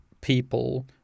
people